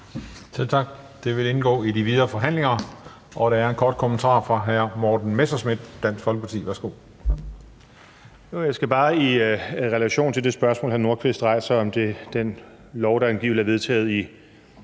tak. Det vil indgå i de videre forhandlinger. Der er en kort bemærkning fra hr. Morten Messerschmidt, Dansk Folkeparti. Værsgo.